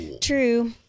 True